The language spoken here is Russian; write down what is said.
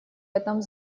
этом